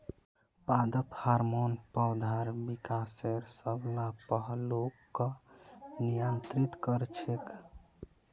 पादप हार्मोन पौधार विकासेर सब ला पहलूक नियंत्रित कर छेक